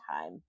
time